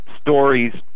stories